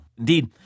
Indeed